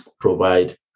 provide